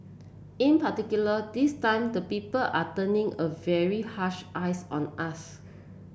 in particular this time the people are turning a very harsh eyes on us